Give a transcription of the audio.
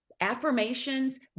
affirmations